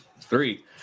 three